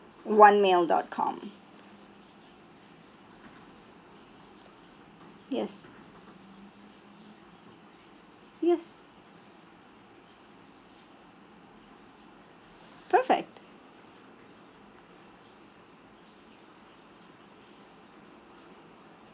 one mail dot com yes yes perfect